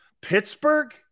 Pittsburgh